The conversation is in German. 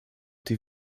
die